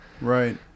Right